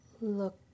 look